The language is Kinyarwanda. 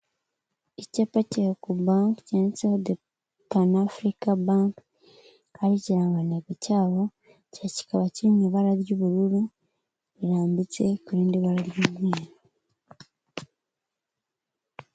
Icyapa cya Ecobank cyanditsweho de panafrica bank kandi ikirangantego cyabo kikaba kiri mu ibara ry'ubururu rirambitse kurindi barara ry'umweru.